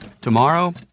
Tomorrow